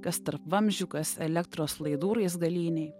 kas tarp vamzdžių kas elektros laidų raizgalynėj